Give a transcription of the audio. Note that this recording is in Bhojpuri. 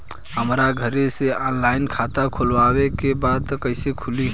हमरा घरे से ऑनलाइन खाता खोलवावे के बा त कइसे खुली?